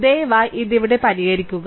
ദയവായി ഇത് ഇവിടെ പരിഹരിക്കുക